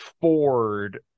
Ford